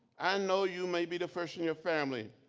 i know you may be the first in your family